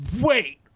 wait